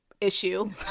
issue